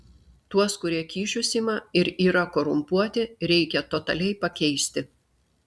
tuos kurie kyšius ima ir yra korumpuoti reikia totaliai pakeisti